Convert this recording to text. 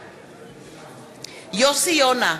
בעד יוסי יונה,